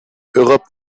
europe